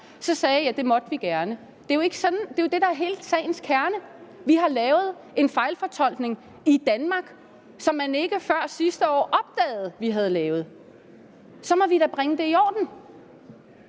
sagde I, at det måtte vi gerne. Det er jo det, der er hele sagens kerne. Vi har lavet en fejlfortolkning i Danmark, som man ikke før sidste år opdagede vi havde lavet. Så må vi da bringe det i orden.